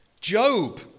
Job